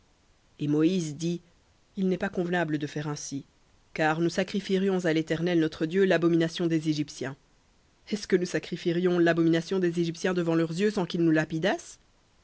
et moïse dit il n'est pas convenable de faire ainsi car nous sacrifierions à l'éternel notre dieu l'abomination des égyptiens est-ce que nous sacrifierions l'abomination des égyptiens devant leurs yeux sans qu'ils nous